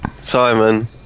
Simon